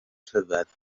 rhyfedd